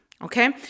Okay